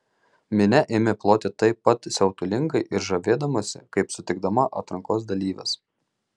minia ėmė ploti taip pat siautulingai ir žavėdamasi kaip sutikdama atrankos dalyves